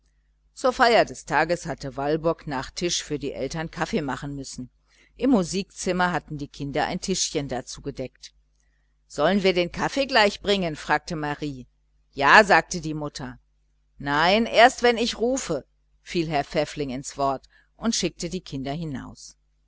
zur feier des tages hatte walburg nach tisch für die eltern kaffee machen müssen im musikzimmer hatten die kinder ein tischchen dazu gedeckt sollen wir den kaffee gleich bringen fragte marie ja sagte die mutter nein erst wenn ich rufe fiel herr pfäffling ein und schickte die kinder hinaus